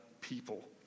people